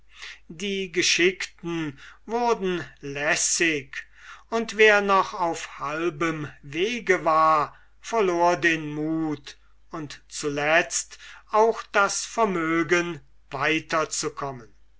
die geschickten wurden lässig und wer noch auf halbem wege war verlor den mut und zuletzt auch das vermögen